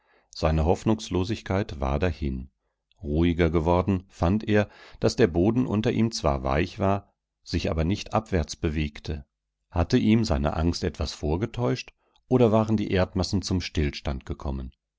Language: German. seine hoffnungslosigkeit war dahin ruhiger geworden fand er daß der boden unter ihm zwar weich war sich aber nicht abwärts bewegte hatte ihm seine angst etwas vorgetäuscht oder waren die erdmassen zum stillstand gekommen